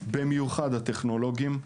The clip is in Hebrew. במיוחד הטכנולוגיים.